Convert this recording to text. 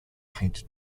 paint